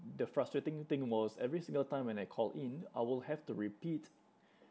the frustrating thing was every single time when I call in I will have to repeat